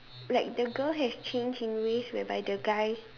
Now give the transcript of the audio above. like the girl have changed in ways whereby the guy